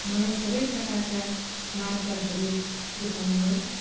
मलाई सबै प्रकारका मार्करहरू देखाउनुहोस्